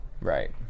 Right